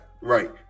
Right